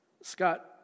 Scott